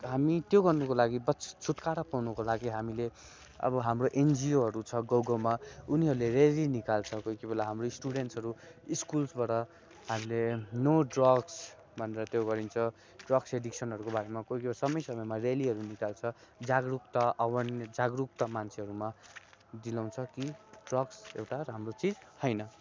हामी त्यो गर्नुको लागि पछि छुटकारा पाउनुको लागि हामीले अब हाम्रो एनजिओहरू छ गाउँ गाउँमा उनीहरूले ऱ्याली निकाल्छ कोही कोही बेला हाम्रो स्टुडेन्ट्सहरू स्कुल्सबाट हामीले नो ड्रग्स भनेर त्यो गरिन्छ ड्रग्स एडिक्सनहरूकोबारेमा कोही कोही समय समयमा ऱ्यालीहरू निकाल्छ जागरुकता अवेरनेस जागरूकता मान्छेहरूमा दिलाउँछ कि ड्रग्स एउटा राम्रो चिज होइन